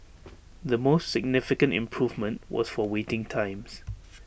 the most significant improvement was for waiting times